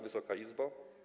Wysoka Izbo!